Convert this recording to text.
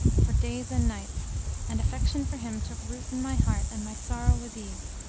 for days and nights and affection for him took root in my heart and my sorrow was eased,